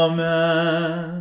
Amen